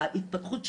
ההתפתחות שלהם,